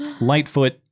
Lightfoot